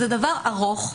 זה ארוך.